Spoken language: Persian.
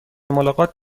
ملاقات